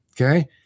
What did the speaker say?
okay